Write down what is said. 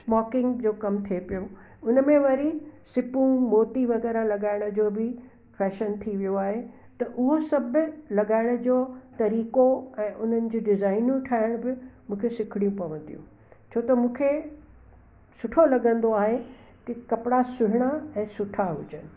smoking जो कम थिए पियो उन में वरी सिपूं मोती वग़ैरह लॻाइण जो बि फ़ैशन थी वियो आहे त उहो सभ बि लॻाइण जो तरीक़ो ऐं उन्हनि जी डिजाइनूं ठाहिण बि मूंखे सिखणी पवंदियूं छो त मूंखे सुठो लॻंदो आहे कि कपिड़ा सुहिणा ऐं सुठा हुजनि